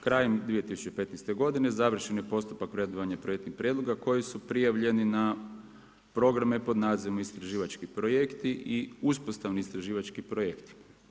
Krajem 2015. godine završen je postupak vrednovanja projektnih prijedloga koji su prijavljeni na programe pod nazivom istraživački projekti i uspostavni istraživački projekti.